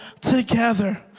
together